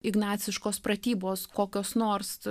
ignaciškos pratybos kokios nors